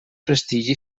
prestigi